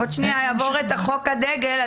מישהו יעבור על חוק הדגל,